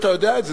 אתה יודע את זה,